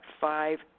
five